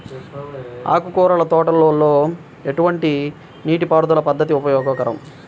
ఆకుకూరల తోటలలో ఎటువంటి నీటిపారుదల పద్దతి ఉపయోగకరం?